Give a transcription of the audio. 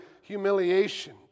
humiliation